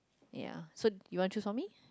ya so you want choose for me